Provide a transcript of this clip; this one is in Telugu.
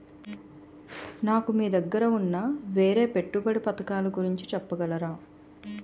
నాకు మీ దగ్గర ఉన్న వేరే పెట్టుబడి పథకాలుగురించి చెప్పగలరా?